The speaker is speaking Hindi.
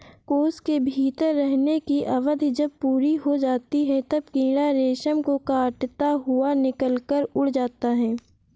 कोश के भीतर रहने की अवधि जब पूरी हो जाती है, तब कीड़ा रेशम को काटता हुआ निकलकर उड़ जाता है